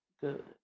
good